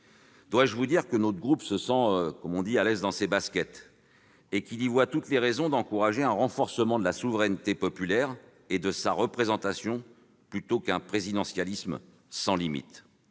Dois-je vous dire que notre groupe se sent « à l'aise dans ses baskets » et y voit toutes les raisons d'encourager un renforcement de la souveraineté populaire et de sa représentation, plutôt qu'un présidentialisme sans limites ?